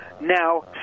now